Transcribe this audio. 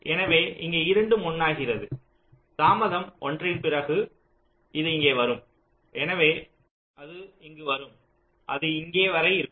எனவே இங்கே இரண்டும் 1 ஆகிறது தாமதம் ஒன்றின் பிறகு இது இங்கே வரும் எனவே அது இங்கு வரும் அது இங்கே வரை இருக்கும்